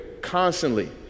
constantly